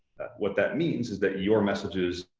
what that means is that your messages,